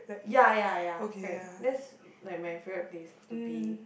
ya ya ya correct that's like my favourite place to be